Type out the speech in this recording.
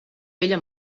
vella